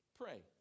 pray